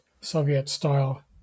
Soviet-style